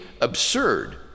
absurd